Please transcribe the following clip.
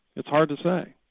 it's hard to say.